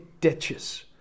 ditches